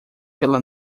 pela